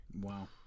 Wow